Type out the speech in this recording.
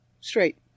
straight